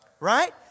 Right